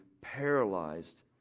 paralyzed